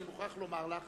אני מוכרח לומר לך